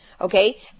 Okay